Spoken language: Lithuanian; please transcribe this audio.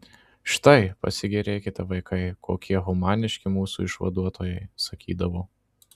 štai pasigėrėkite vaikai kokie humaniški mūsų išvaduotojai sakydavo